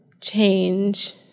change